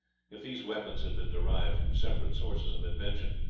if these weapons had been derived from separate sources of invention,